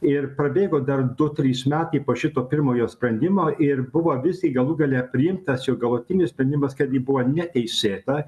ir prabėgo dar du trys metai po šito pirmojo sprendimo ir buvo visgi galų gale priimtas čia jau galutinis sprendimas kad ji buvo neteisėta